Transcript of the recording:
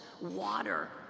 water